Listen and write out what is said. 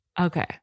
Okay